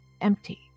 empty